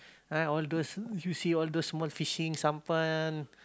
ah all those you see all those small fishing sampan